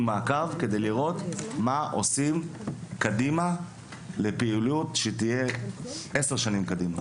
מעקב כדי לראות מה עושים קדימה לפעילות שתהיה עשר שנים קדימה.